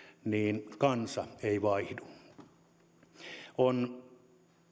niin kansa ei vaihdu on